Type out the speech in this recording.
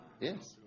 Yes